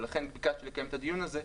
ולכן ביקשתי לקיים את הדיון הזה,